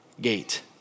gate